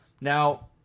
Now